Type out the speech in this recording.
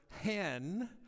hen